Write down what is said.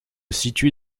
situe